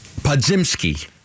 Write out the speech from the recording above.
Podzimski